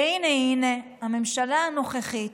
והינה, הינה, הממשלה הנוכחית,